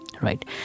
right